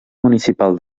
municipal